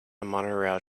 monorail